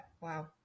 Wow